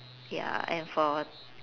ya and for